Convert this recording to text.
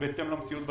למציאות בשטח.